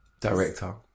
Director